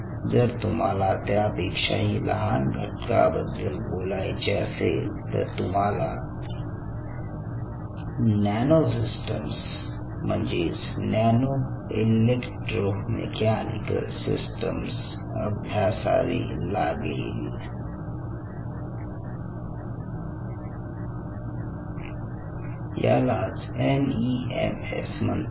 जर तुम्हाला त्यापेक्षाही लहान घटकाबद्दल बोलायचे असेल तर तुम्हाला न्यानो सिस्टम्स म्हणजेच न्यानो इलेक्ट्रोमेकॅनिकल सिस्टम्स अभ्यासावी लागेल यालाच एनईएमएस म्हणतात